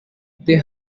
they